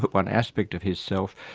but one aspect of his self,